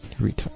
Retard